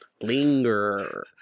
Linger